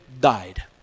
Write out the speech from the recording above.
died